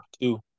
two